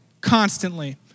constantly